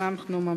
בעד,